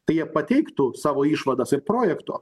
tai jie pateiktų savo išvadas ir projekto